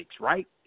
right